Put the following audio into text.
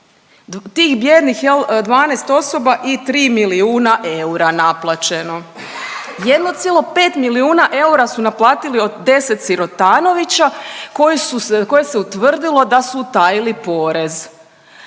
Tih bijednih jel 12 osoba i 3 milijuna eura naplaćeno. 1,5 milijuna eura su naplatili od 10 sirotanovića koji su, za koje se utvrdilo da su utajili porez.